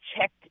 checked